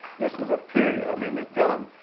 this is a period, i mean miss dunham,